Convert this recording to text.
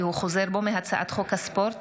הוא חוזר בו מהצעת חוק הספורט (תיקון,